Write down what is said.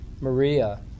Maria